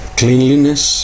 cleanliness